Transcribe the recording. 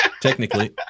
Technically